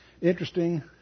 interesting